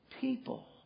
people